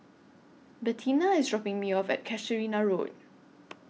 Bettina IS dropping Me off At Casuarina Road